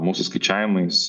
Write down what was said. mūsų skaičiavimais